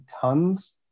tons